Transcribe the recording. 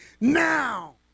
Now